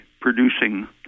producing